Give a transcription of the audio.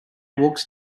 walks